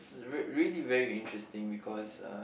it's re~ really very interesting because uh